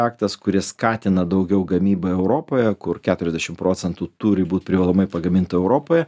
aktas kuris skatina daugiau gamybą europoje kur keturiasdešimt procentų turi būt privalomai pagaminta europoje